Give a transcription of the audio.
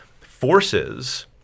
forces